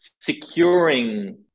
securing